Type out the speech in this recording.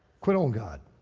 quit on god.